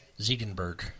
Ziegenberg